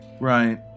Right